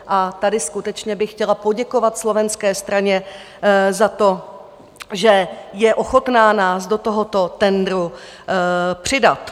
A tady skutečně bych chtěla poděkovat slovenské straně za to, že je ochotna nás do tohoto tendru přidat.